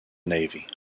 navy